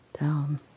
down